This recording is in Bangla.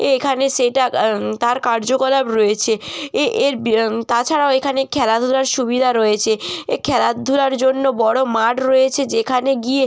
এ এখানে সেটা তার কার্যকলাপ রয়েছে এ এর বি তাছাড়াও এখানে খেলাধুলার সুবিধা রয়েছে এ খেলাধুলার জন্য বড়ো মাঠ রয়েছে যেখানে গিয়ে